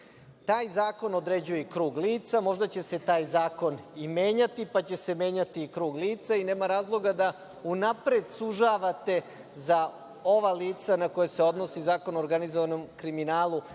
Taj zakon određuje i krug lica. Možda će se taj zakon i menjati, pa će se menjati i krug lica i nema razloga da unapred sužavate za ova lica na koje se odnosi Zakon o organizovanom kriminalu